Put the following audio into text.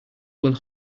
will